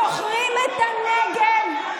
מוכרים את הנגב,